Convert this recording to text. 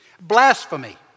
Blasphemy